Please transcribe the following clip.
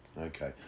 Okay